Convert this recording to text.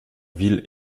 ville